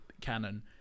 canon